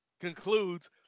concludes